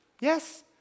Yes